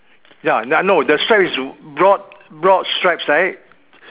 ya no the stripes is broad broad stripes right